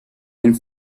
and